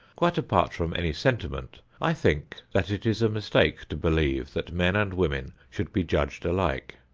quite apart from any sentiment, i think that it is a mistake to believe that men and women should be judged alike.